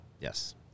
yes